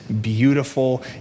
beautiful